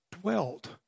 Dwelt